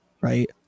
right